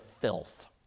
filth